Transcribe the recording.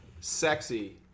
sexy